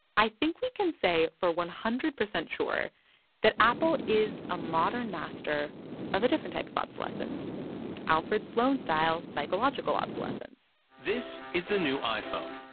i think we can say for one hundred percent sure that apple is a modern master of a different type of obsolescence alfred sloan-style psychological obsolescence this is the new iphone.